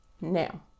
now